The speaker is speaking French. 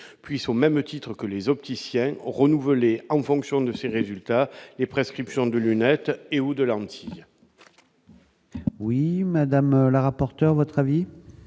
puissent, au même titre que les opticiens renouveler en fonction de ces résultats, les prescriptions de lunettes et ou de lentilles. Oui, madame la rapporteure votre avis.